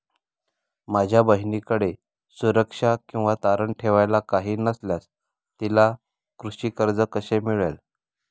माझ्या बहिणीकडे सुरक्षा किंवा तारण ठेवायला काही नसल्यास तिला कृषी कर्ज कसे मिळेल?